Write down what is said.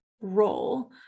role